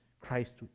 Christ